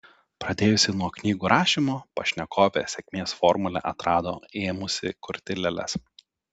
pradėjusi nuo knygų rašymo pašnekovė sėkmės formulę atrado ėmusi kurti lėles